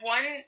One